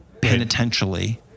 penitentially